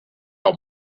out